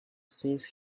since